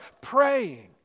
praying